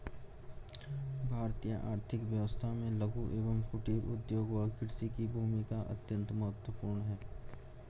भारतीय आर्थिक व्यवस्था में लघु एवं कुटीर उद्योग व कृषि की भूमिका अत्यंत महत्वपूर्ण है